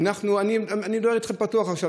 אני מדבר איתכם פתוח עכשיו.